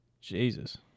Jesus